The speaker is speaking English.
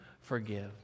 forgive